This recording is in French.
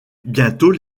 bientôt